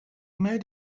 made